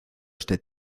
este